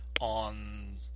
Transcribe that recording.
on